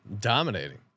Dominating